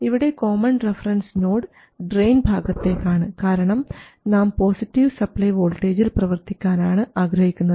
ഇവിടെ common reference node drain ഭാഗത്തേക്കാണ് കാരണം നാം പോസിറ്റീവ് സപ്ലൈ വോൾട്ടേജിൽ പ്രവർത്തിക്കാനാണ് ആഗ്രഹിക്കുന്നത്